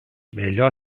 melhor